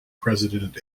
president